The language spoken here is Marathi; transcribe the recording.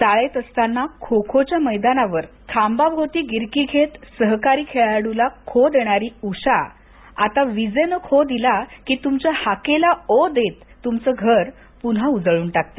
शाळेत असताना खो खो च्या मैदानावर खांबा भोवती गिरकी घेत सहकारी खेळाडूला खो देणारी उषा आता आता विजेनं खो दिला की तुमच्या हाकेला ओ देत तुमचं घर पुन्हा उजळून टाकते